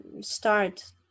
start